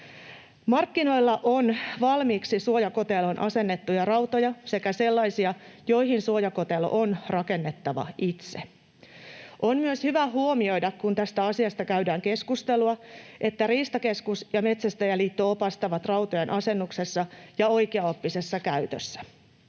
Markkinoilla on valmiiksi suojakoteloon asennettuja rautoja sekä sellaisia, joihin suojakotelo on rakennettava itse. On myös hyvä huomioida, kun tästä asiasta käydään keskustelua, että Riistakeskus ja Metsästäjäliitto opastavat rautojen asennuksessa ja oikeaoppisessa käytössä.